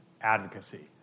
advocacy